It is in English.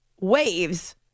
waves